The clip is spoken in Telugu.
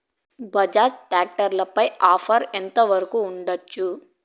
బజాజ్ టాక్టర్ పై ఆఫర్ ఎంత వరకు ఉండచ్చు?